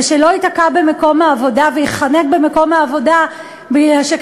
ושלא ייתקע במקום העבודה וייחנק במקום העבודה משום